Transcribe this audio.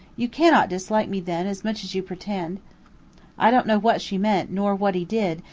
you cannot dislike me, then, as much as you pretend i don't know what she meant nor what he did,